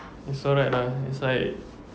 it's alright lah it's like